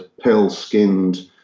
pale-skinned